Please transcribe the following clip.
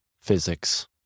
physics